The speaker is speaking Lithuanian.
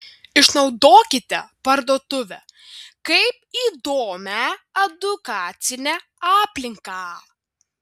išnaudokite parduotuvę kaip įdomią edukacinę aplinką